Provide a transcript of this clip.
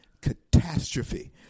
Catastrophe